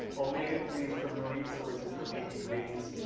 omega three s from marine sources or leafy greens.